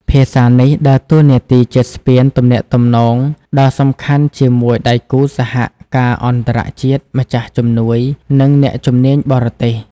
ភាសានេះដើរតួនាទីជាស្ពាន ទំនាក់ទំនងដ៏សំខាន់ជាមួយដៃគូសហការអន្តរជាតិ ម្ចាស់ជំនួយ និងអ្នកជំនាញបរទេស។